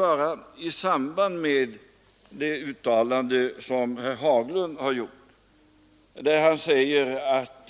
Herr Haglund uttalar emellertid i den här intervjun att